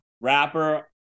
rapper